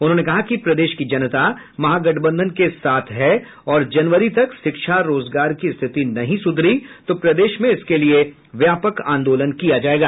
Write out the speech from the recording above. उन्होंने कहा कि प्रदेश की जनता महागठबंधन के साथ है और जनवरी तक शिक्षा रोजगार की स्थिति नहीं सुधरी तो प्रदेश में इसके लिये व्यापक आंदोलन किया जायेगा